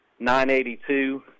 982